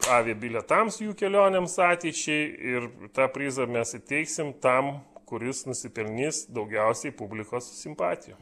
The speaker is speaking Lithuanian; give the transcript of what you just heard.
avia bilietams jų kelionėms ateičiai ir tą prizą mes įteiksim tam kuris nusipelnys daugiausiai publikos simpatijų